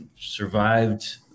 survived